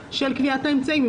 סטנדרט של קביעת האמצעים.